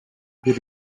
бир